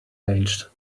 range